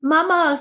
Mama